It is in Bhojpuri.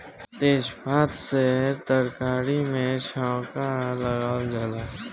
तेजपात से तरकारी में छौंका लगावल जाला